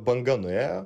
banga nuėjo